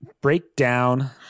breakdown